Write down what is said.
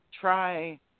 try